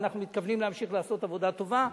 ואנחנו מתכוונים להמשיך לעשות עבודה טובה.